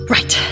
Right